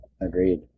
Agreed